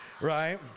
right